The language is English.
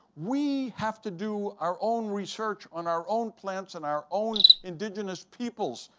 we have to do our own research on our own plants and our own indigenous peoples.